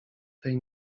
tej